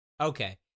Okay